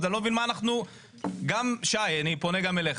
אז אני לא מבין מה אנחנו, שי, אני פונה גם אליך.